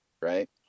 right